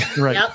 Right